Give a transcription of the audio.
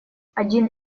один